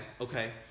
okay